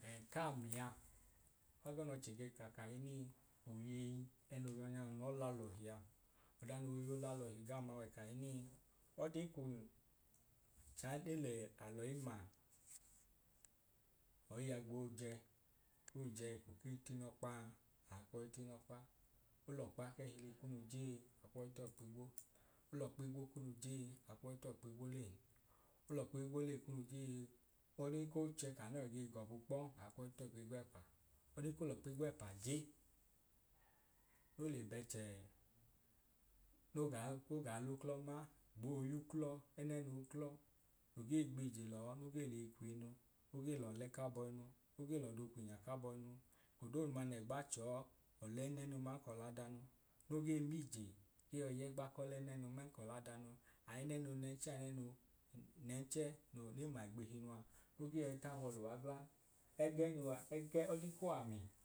kami a egee n’ọchẹ ka kahinii oyei ẹno yọnya nlọ la lọhia, ọda no woyi ola lọhi gam a wẹ kahinin ọdin kun chai de lẹ alọi ma nọyi a gboo jẹ oi jẹ eko koi tinọkpaa aa koi t’inọkpa, olọkpa ke hili kunu je akwọi t’ọọkp’igwo olọ kp’igwo kunu je a kwọi t’ọọkp’igwolei olọkp’igwolei kunu jee ọdin k’ochẹ k’anọọ ge gọbu kpọ akwọi t’ọkp’igwẹpa ọdin ko l’ọkp’igwẹpa je no le bẹchẹ no gaa l’uklọ ma gboo y’uklọ ẹnẹnuuklọ no gee gbije lọọ no gee lei kw’iinu no gee lọlẹ ka bọinu no gee lọdo kwinya kabọinu ko dooduma n’ẹgba chọọ ọlẹnẹnu man k’ladanu no gee m’iije iyọi yẹgba k’ọlẹnẹnu man k’ọladanu, ainẹnu nẹnchẹ ainẹnu nẹnchẹ no ne ma igbihi nua no ge yọi t’abọ luwa gla odi k’owami